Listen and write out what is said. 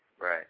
Right